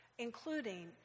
including